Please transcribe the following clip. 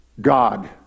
God